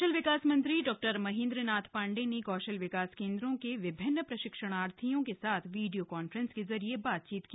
कौशल विकास मंत्री डॉक्टर महेंद्र नाथ पांडेय ने कौशल विकास केंद्रों के विभिन्न प्रशिक्षणार्थियों के साथ वीडियो कांफ्रेंस के जरिए बातचीत की